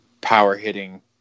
power-hitting